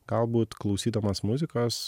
galbūt klausydamas muzikos